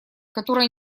которая